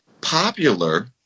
popular